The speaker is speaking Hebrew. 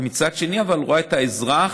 ומצד שני היא רואה את האזרח,